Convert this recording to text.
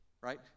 right